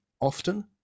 often